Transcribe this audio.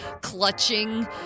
clutching